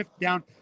down